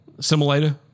simulator